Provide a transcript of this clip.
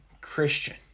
Christian